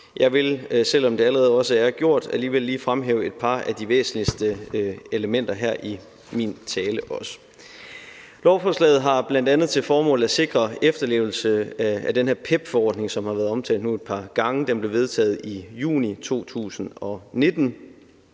Jeg vil, selv om det også allerede er gjort, alligevel lige fremhæve et par af de væsentligste elementer her i min tale også. Lovforslaget har bl.a. til formål at sikre efterlevelse af den her PEPP-forordning, som har været omtalt nu et par gange. Den blev vedtaget i juni 2019.